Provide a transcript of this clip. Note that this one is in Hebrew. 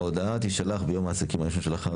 ההודעה תישלח ביום העסקים הראשון שלאחר